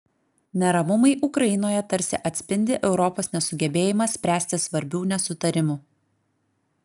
neramumai ukrainoje tarsi atspindi europos nesugebėjimą spręsti svarbių nesutarimų